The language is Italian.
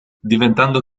diventando